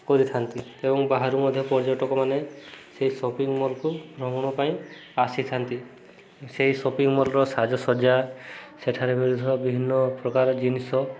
କରିଥାନ୍ତି ଏବଂ ବାହାରୁ ମଧ୍ୟ ପର୍ଯ୍ୟଟକମାନେ ସେଇ ସପିଂ ମଲ୍କୁ ଭ୍ରମଣ ପାଇଁ ଆସିଥାନ୍ତି ସେଇ ସପିଂ ମଲ୍ର ସାଜସଜ୍ଜା ସେଠାରେ ମିଳୁଥିବା ବିଭିନ୍ନ ପ୍ରକାର ଜିନିଷ